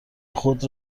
خود